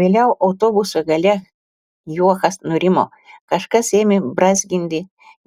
vėliau autobuso gale juokas nurimo kažkas ėmė brązginti